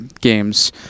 games